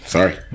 Sorry